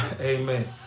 Amen